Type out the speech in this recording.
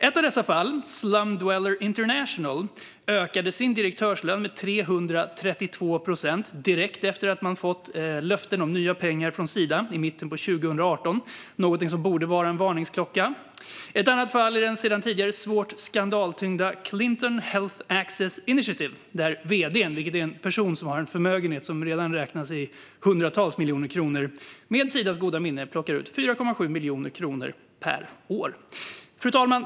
Ett av dessa fall, Slum Dwellers International, ökade sin direktörslön med 332 procent direkt efter att de i mitten av 2018 fått löfte om nya pengar från Sida, något som borde vara en varningsklocka. Ett annat fall är den sedan tidigare svårt skandaltyngda Clinton Health Access Initiative, där vd:n, som är en person som redan har en förmögenhet som räknas i hundratals miljoner kronor, med Sidas goda minne plockar ut 4,7 miljoner kronor per år. Fru talman!